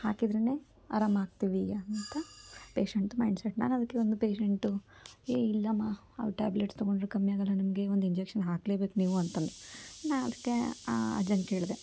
ಹಾಕಿದ್ರೆ ಅರಾಮಾಗ್ತೀವಿ ಅಂತ ಪೇಶೆಂಟ್ ಮೈಂಡ್ಸೆಟ್ನಾಗೆ ಅದಕ್ಕೆ ಒಂದು ಪೇಶೆಂಟು ಏಯ್ ಇಲ್ಲಮ್ಮ ಅವು ಟ್ಯಾಬ್ಲೆಟ್ಸ್ ತೊಗೊಂಡರೆ ಕಮ್ಮಿ ಆಗೋಲ್ಲ ನಮಗೆ ಒಂದು ಇಂಜೆಕ್ಷನ್ ಹಾಕ್ಲೇಬೇಕು ನೀವು ಅಂತಂದರು ನಾನು ಅದಕ್ಕೆ ಆ ಅಜ್ಜಂಗೆ ಕೇಳಿದೆ